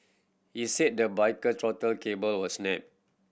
he said the biker throttle cable was snapped